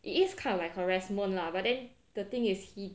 it is kind of like harassment lah but then the thing is he